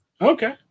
Okay